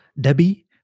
Debbie